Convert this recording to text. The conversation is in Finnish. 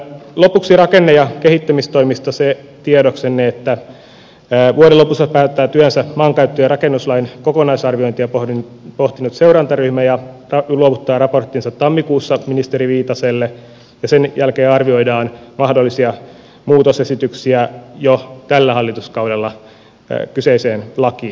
lopuksi rakenne ja kehittämistoimista se tiedoksenne että vuoden lopussa päättää työnsä maankäyttö ja rakennuslain kokonaisarviointia pohtinut seurantaryhmä ja se luovuttaa raporttinsa tammikuussa ministeri viitaselle ja sen jälkeen arvioidaan mahdollisia muutosesityksiä jo tällä hallituskaudella kyseiseen lakiin